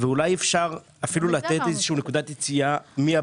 אולי אפשר אפילו לתת איזו נקודת יציאה.